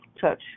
touch